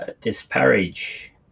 disparage